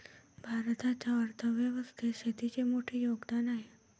भारताच्या अर्थ व्यवस्थेत शेतीचे मोठे योगदान आहे